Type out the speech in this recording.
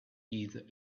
either